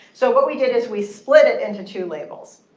so what we did is we split it into two labels.